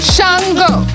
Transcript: Shango